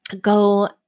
go